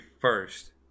first